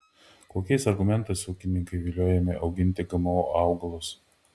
kokiais argumentais ūkininkai viliojami auginti gmo augalus